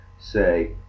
say